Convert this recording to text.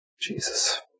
Jesus